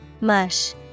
Mush